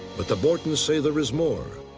but the bortons say there is more,